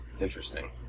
interesting